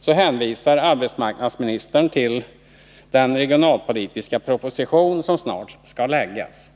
så hänvisar arbetsmarknadsministern till den regionalpolitiska proposition som snart skall läggas fram.